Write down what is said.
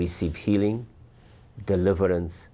receive healing deliverance